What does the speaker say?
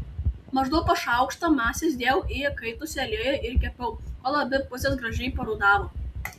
maždaug po šaukštą masės dėjau į įkaitusį aliejų ir kepiau kol abi pusės gražiai parudavo